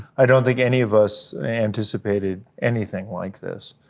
i don't think any of us anticipated anything like this,